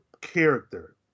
character